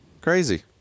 crazy